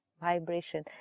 Vibration